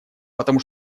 потому